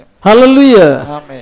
Hallelujah